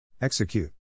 Execute